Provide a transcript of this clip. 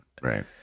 right